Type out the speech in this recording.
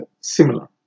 similar